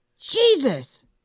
Jesus